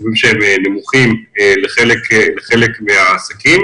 סכומים שהם נמוכים לחלק מהעסקים